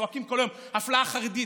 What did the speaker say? צועקים כל היום: אפליית חרדים.